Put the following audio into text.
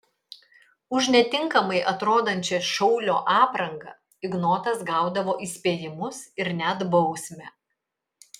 už netinkamai atrodančią šaulio aprangą ignotas gaudavo įspėjimus ir net bausmę